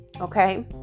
Okay